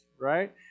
right